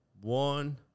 one